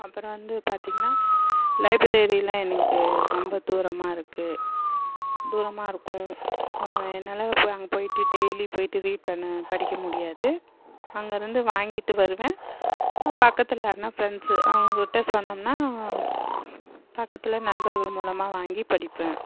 அப்பறம் வந்து பார்த்தீங்கனா லைப்ரரிலாம் எனக்கு ரொம்ப தூரமாக இருக்குது தூரமாக இருக்கும் என்னால் அங்கே போய்ட்டு டெய்லி போய்ட்டு ரீட் பண்ண படிக்க முடியாது அங்கே இருந்து வாங்கிட்டு வருவேன் பக்கத்தில் யாருன்னா ஃப்ரெண்ட்ஸு அவங்க கிட்டே சொன்னோம்னா பக்கத்தில் நண்பர்கள் மூலமாக வாங்கி படிப்பேன்